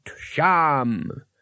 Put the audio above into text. sham